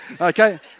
okay